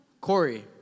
Corey